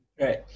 Right